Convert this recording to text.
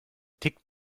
tickt